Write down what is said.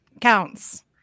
counts